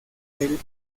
del